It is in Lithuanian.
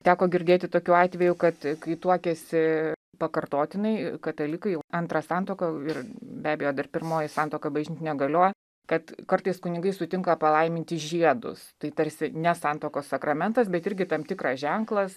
teko girdėti tokių atvejų kad kai tuokiasi pakartotinai katalikai jau antrą santuoką ir be abejo dar pirmoji santuoka bažnytinė negalioja kad kartais kunigai sutinka palaiminti žiedus tai tarsi ne santuokos sakramentas bet irgi tam tikrą ženklas